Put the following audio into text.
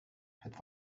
het